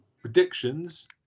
predictions